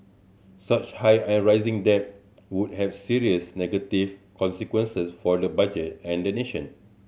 such high and rising debt would have serious negative consequences for the budget and the nation